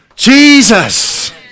Jesus